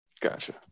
Gotcha